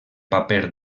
paper